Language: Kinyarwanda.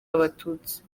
abatutsi